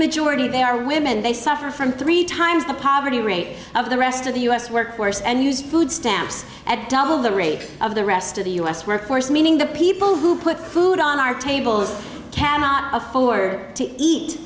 majority they are women they suffer from three times the poverty rate of the rest of the u s workforce and use food stamps at double the rate of the rest of the u s workforce meaning the people who put food on our tables cannot afford to eat